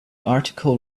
article